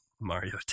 Mario